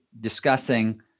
discussing